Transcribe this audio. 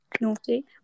Naughty